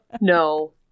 No